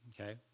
Okay